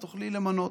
את תוכלי למנות.